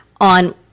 on